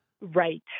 Right